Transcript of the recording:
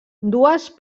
dues